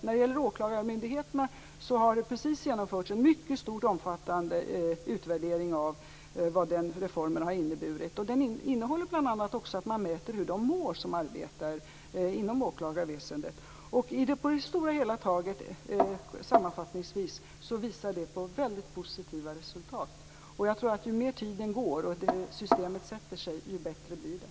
När det gäller åklagarmyndigheterna har det precis genomförts en mycket stor och omfattande utvärdering av vad den reformen har inneburit. Den innehåller också bl.a. att man mäter hur de som arbetar inom åklagarväsendet mår. Sammanfattningsvis visar detta på mycket positiva resultat. Jag tror att ju mer tiden går och ju mer systemet sätter sig, desto bättre blir det.